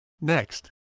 Next